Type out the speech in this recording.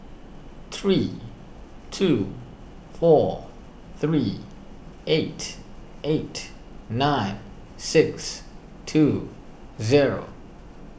three two four three eight eight nine six two zero